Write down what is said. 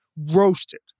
roasted